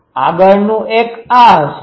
આગળનુ એક આ હશે